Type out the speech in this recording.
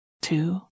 two